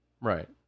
Right